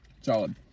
solid